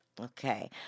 Okay